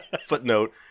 footnote